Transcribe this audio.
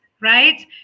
right